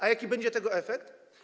A jaki będzie tego efekt?